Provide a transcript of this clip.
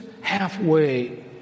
halfway